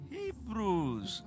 Hebrews